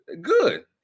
good